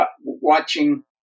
watching